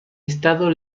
estado